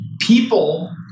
People